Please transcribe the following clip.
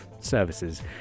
services